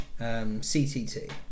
CTT